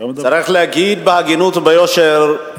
צריך להגיד בהגינות וביושר,